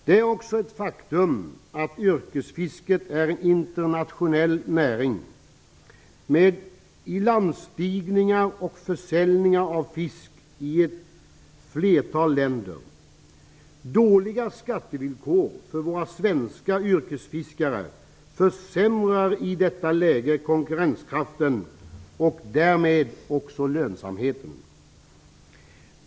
Det är också ett faktum att yrkesfisket är en internationell näring med ilandstigningar och försäljning av fisk i ett flertal länder. Dåliga skattevillkor för våra svenska yrkesfiskare försämrar i detta läge konkurrenskraften och därmed också lönsamheten.